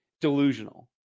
delusional